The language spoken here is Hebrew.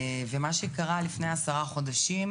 ומה שקרה לפני עשרה חודשים